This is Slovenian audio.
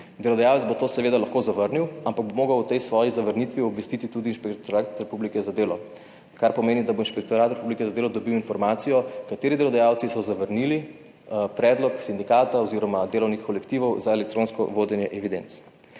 Delodajalec bo to seveda lahko zavrnil, ampak bo moral o tej svoji zavrnitvi obvestiti tudi Inšpektorat Republike za delo, kar pomeni, da bo Inšpektorat Republike za delo dobil informacijo, kateri delodajalci so zavrnili predlog sindikata oziroma delovnih kolektivov za elektronsko vodenje evidenc.